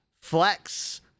flex